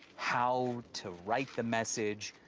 how to write the message,